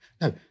No